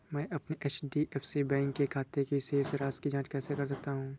मैं अपने HDFC bank के खाते की शेष राशि की जाँच कैसे कर सकता हूँ?